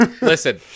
Listen